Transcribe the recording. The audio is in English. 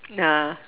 ah